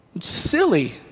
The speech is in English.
silly